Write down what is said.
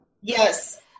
Yes